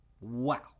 Wow